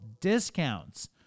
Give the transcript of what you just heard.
discounts